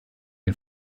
den